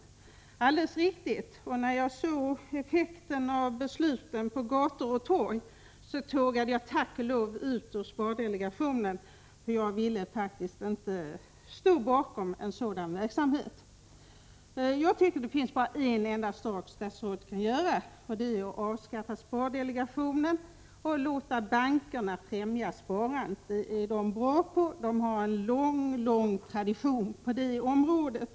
Ja, det är helt riktigt, men när jag såg effekten av besluten på gator och torg tågade jag tack och lov ut ur spardelegationen, för jag ville faktiskt inte stå bakom sådan verksamhet. Jag tycker att statsrådet bara har en enda sak att göra, och det är att avskaffa spardelegationen och låta bankerna främja sparandet. Det kan de göra bra, eftersom de har en lång tradition på det området.